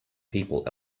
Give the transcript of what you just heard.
people